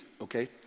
Okay